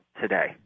today